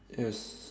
yes